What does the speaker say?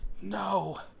No